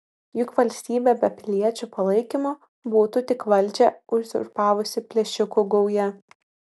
juk valstybė be piliečių palaikymo būtų tik valdžią uzurpavusi plėšikų gauja